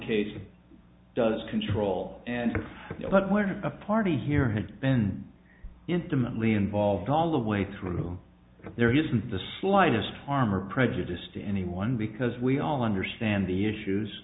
case does control and a party here has been intimately involved all the way through there isn't the slightest harm or prejudice to anyone because we all understand the issues